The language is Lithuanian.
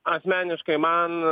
asmeniškai man